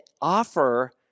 offer